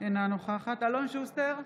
אינה נוכחת אלון שוסטר,